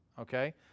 Okay